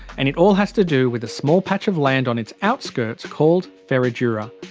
and it all has to do with a small patch of land on its outskirts called ferradura.